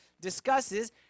discusses